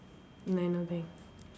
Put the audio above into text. uh no thanks